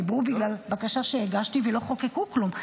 דיברו, בגלל הבקשה שהגשתי, ולא חוקקו כלום.